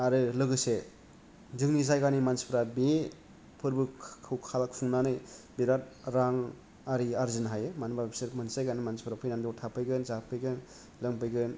आरो लोगोसे जोंनि जायगानि मानसिफ्रा बे फोरबोखौ खा खुंनानै बेराद रां आरि आर्जिनो हायो मानो होनबा बिसोर मोनसे जायगानि मानसिफ्रा फैनानै बेयाव थाफैगोन जाफैगोन लोंफैगोन